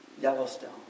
Yellowstone